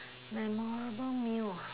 memorable meal